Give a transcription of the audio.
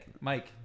Mike